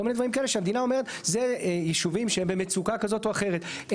כל מיני דברים כאלה שמדינה אומרת זה ישובים שהם במצוקה כזאת או אחרת,